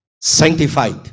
sanctified